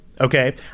Okay